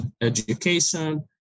education